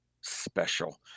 special